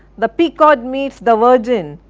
the pequod meets the virgin,